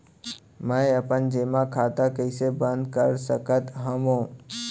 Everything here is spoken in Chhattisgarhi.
मै अपन जेमा खाता कइसे बन्द कर सकत हओं?